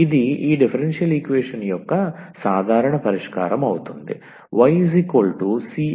ఇది ఈ differential equation యొక్క సాధారణ పరిష్కారం అవుతుంది ycx1c